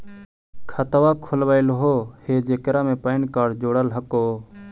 खातवा खोलवैलहो हे जेकरा मे पैन कार्ड जोड़ल हको?